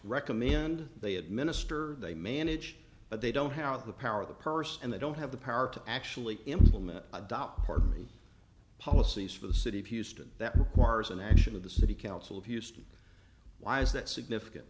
recommand they administer they manage but they don't how to the power of the purse and they don't have the power to actually implement adopt party policies for the city of houston that requires an action of the city council of houston why is that significant